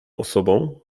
osobą